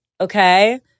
okay